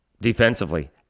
defensively